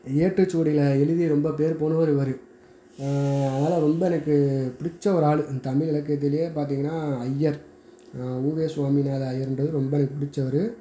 ஏட்டுச் சுவடியில் எழுதி ரொம்பப் பேர் போனவர் இவர் அதனாலே ரொம்ப எனக்கு பிடிச்ச ஒரு ஆள் தமிழ் இலக்கியத்திலயே பார்த்தீங்கனா ஐயர் உவே சுவாமிநாதர் ஐயர்ன்றவரு ரொம்ப எனக்கு பிடிச்சவரு